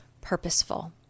purposeful